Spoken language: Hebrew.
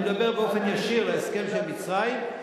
אני מדבר באופן ישיר על ההסכם של מצרים.